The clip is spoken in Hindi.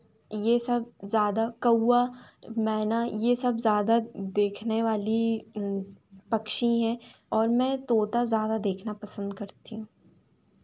ये सब ज़्यादा कौआ मैना ये सब ज़्यादा देखने वाली पक्षी हैं और मैं तोता ज़्यादा देखना पसंद करती हूँ